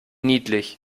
niedlich